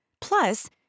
Plus